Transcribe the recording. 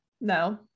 No